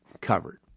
covered